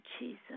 Jesus